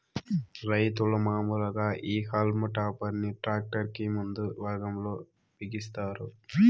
రైతులు మాములుగా ఈ హల్మ్ టాపర్ ని ట్రాక్టర్ కి ముందు భాగం లో బిగిస్తారు